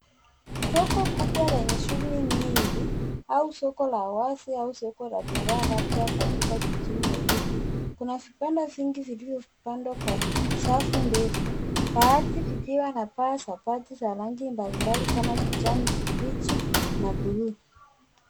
Soko kubwa lenye shughuli nyingi au soko la wazi au soko la bidhaa labda katika jijini Nairobi. Kuna vibanda vingi zilivyopangwa kwa safu ndefu baadhi zikiwa na paa za bati za rangi mbalimbali kama kijani na blue .